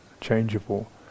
changeable